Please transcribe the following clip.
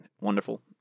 wonderful